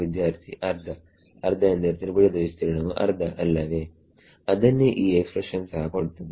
ವಿದ್ಯಾರ್ಥಿಅರ್ಧ ಅರ್ಧ ಏಕೆಂದರೆ ತ್ರಿಭುಜದ ವಿಸ್ತೀರ್ಣವು ಅರ್ಧ ಅಲ್ಲವೇ ಅದನ್ನೇ ಈ ಎಕ್ಸ್ಪ್ರೆಷನ್ ಸಹ ಕೊಡುತ್ತದೆ